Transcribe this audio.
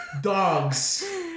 dogs